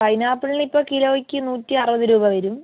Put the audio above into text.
പൈനാപ്പിളിനിപ്പോൾ കിലോയ്ക്ക് നൂറ്റി അറുപത് രൂപ വരും